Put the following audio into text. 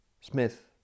Smith